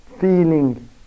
feeling